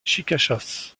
chicachas